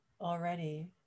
already